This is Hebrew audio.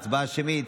הצבעה שמית.